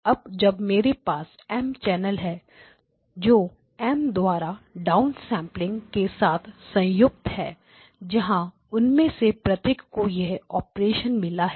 अब जब मेरे पास M चैनल है जो M द्वारा डाउन सैंपलिंग के साथ संयुक्त है जहां उनमें से प्रत्येक को यह ऑपरेशन मिला है